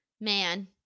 man